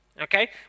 Okay